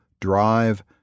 Drive